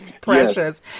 precious